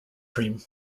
cream